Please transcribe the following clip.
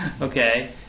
Okay